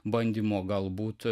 bandymo galbūt